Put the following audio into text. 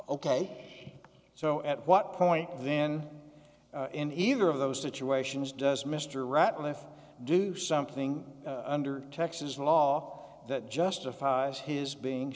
ok so at what point then in either of those situations does mr ratliff do something under texas law that justifies his being